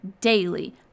daily